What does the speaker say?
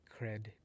cred